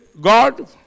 God